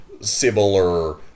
similar